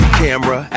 camera